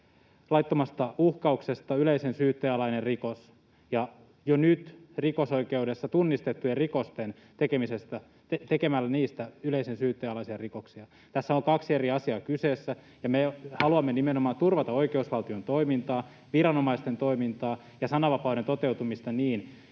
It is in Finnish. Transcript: laittomasta uhkauksesta yleisen syytteen alainen rikos — tekemällä jo nyt rikosoikeudessa tunnistetuista rikoksista yleisen syytteen alaisia rikoksia. Tässä on kaksi eri asiaa kyseessä, ja me haluamme nimenomaan turvata oikeusvaltion toimintaa, viranomaisten toimintaa ja sananvapauden toteutumista niin,